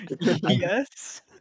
Yes